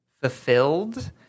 fulfilled